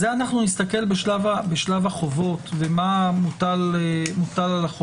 בזה אנחנו נסתכל בשלב החובות, ומה מוטל בחובות.